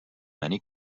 many